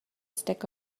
stick